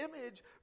image